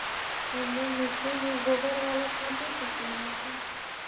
हम मिट्टी में गोबर बाला खाद दे सकली हे का?